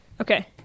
Okay